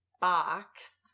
box